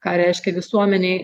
ką reiškia visuomenei